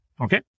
okay